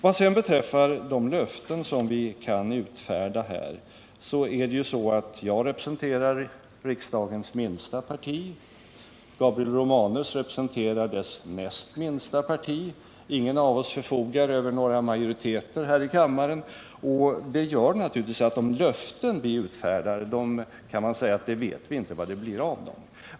Vad sedan beträffar de löften som vi kan utfärda här är det ju så att jag representerar riksdagens minsta parti. Gabriel Romanus representerar riksdagens näst minsta parti. Ingen av oss förfogar över några majoriteter här i kammaren, och det gör naturligtvis att de löften vi utfärdar vet vi inte vad det blir av.